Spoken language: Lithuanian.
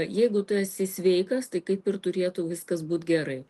jeigu tu esi sveikas tai kaip ir turėtų viskas būt gerai